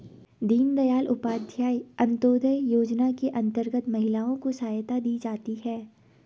दीनदयाल उपाध्याय अंतोदय योजना के अंतर्गत महिलाओं को सहायता दी जाती है